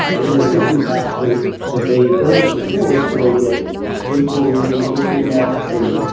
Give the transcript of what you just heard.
they do a bit in the pasture but they roam through the forest where they get acorns and hickory nuts and